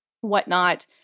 whatnot